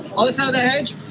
other side of the hedge.